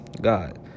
God